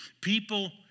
people